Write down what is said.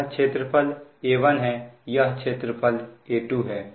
यह क्षेत्रफल A1 है यह क्षेत्रफल A2 है